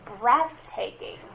breathtaking